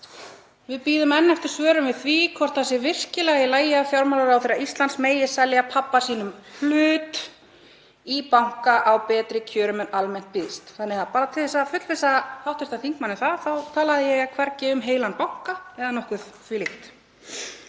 „Við bíðum enn eftir svörum við því hvort það sé virkilega í lagi að fjármálaráðherra Íslands megi selja pabba sínum hlut í banka á betri kjörum en almennt bjóðast.“ Þannig að bara til þess að fullvissa hv. þingmann um það þá talaði ég hvergi um heilan banka eða nokkuð þvílíkt,